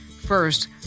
First